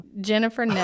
Jennifer